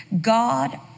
God